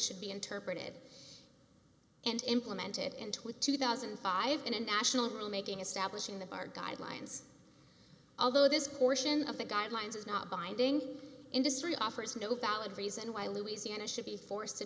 should be interpreted and implemented into two thousand and five and national rulemaking establishing the bar guidelines although this portion of the guidelines is not binding industry offers no valid reason why louisiana should be forced to